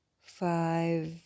five